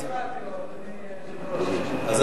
אני הפרעתי לו, אדוני היושב-ראש.